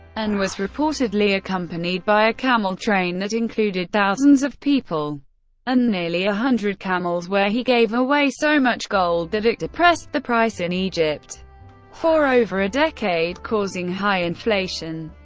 and was reportedly accompanied by a camel train that included thousands of people and nearly a hundred camels where he gave away so much gold that it depressed the price in egypt for over a decade, causing high inflation.